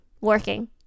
working